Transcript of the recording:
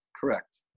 Correct